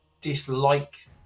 dislike